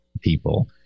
people